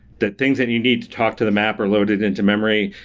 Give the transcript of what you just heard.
that things that you need to talk to the map are loaded into memory.